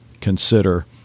consider